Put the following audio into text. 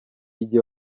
igihe